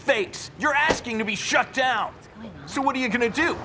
fakes you're asking to be shut down so what are you going to do